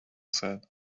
said